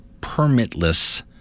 permitless